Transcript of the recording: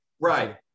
Right